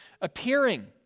appearing